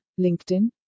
LinkedIn